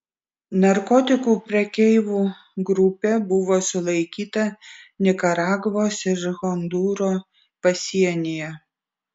narkotikų prekeivų grupė buvo sulaikyta nikaragvos ir hondūro pasienyje